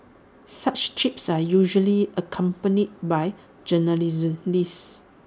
such trips are usually accompanied by